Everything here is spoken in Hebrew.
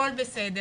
הכל בסדר.